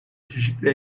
çeşitli